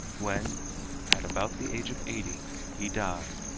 when at about the age of eighty he died,